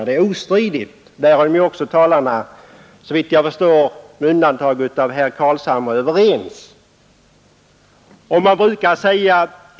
Detta är ostridigt, och därom är också talarna såvitt jag förstår — möjligen med undantag av herr Carlshamre — överens.